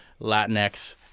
Latinx